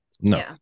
No